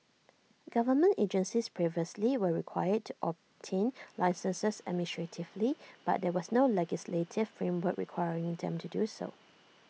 government agencies previously were required to obtain licences administratively but there was no legislative framework requiring them to do so